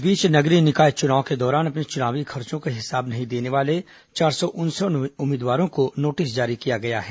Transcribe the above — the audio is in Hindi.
इस बीच नगरीय निकाय चुनाव के दौरान अपने चुनावी खर्चो का हिसाब नहीं देने वाले चार सौ उनसठ उम्मीदवारों को नोटिस जारी किया गया है